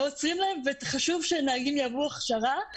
חשוב שנהגים יעברו הכשרה,